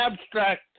abstract